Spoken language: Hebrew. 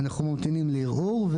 אנחנו ממתינים לערעור,